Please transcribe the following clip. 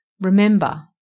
Remember